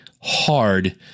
hard